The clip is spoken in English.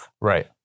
Right